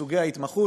סוגי ההתמחות.